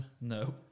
No